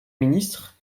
ministre